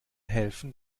helfen